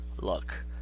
look